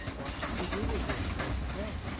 what to do with him? where to go?